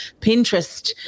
Pinterest